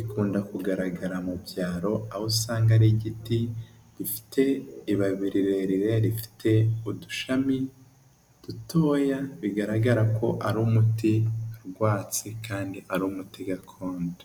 ikunda kugaragara mu byaro aho usanga ari igiti gifite ibabi rirerire rifite udushami dutoya bigaragara ko ari umuti rwatsi kandi ari umuti gakondo.